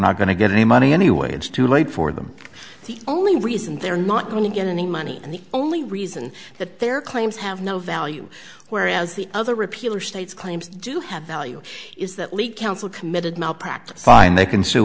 not going to get any money anyway it's too late for them the only reason they're not going to get any money and the only reason that their claims have no value whereas the other repeal are states claims do have value is that lead counsel committed malpractise and they can sue